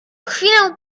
chwilę